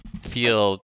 feel